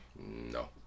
No